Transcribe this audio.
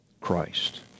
Christ